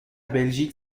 بلژیک